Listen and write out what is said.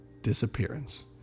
disappearance